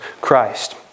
Christ